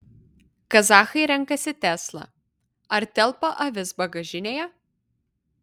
kazachai renkasi tesla ar telpa avis bagažinėje